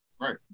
Right